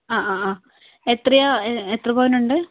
ആ ആ ആ എത്രയാണ് എത്ര പവൻ ഉണ്ട്